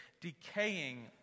decaying